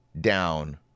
down